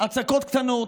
הצקות קטנות,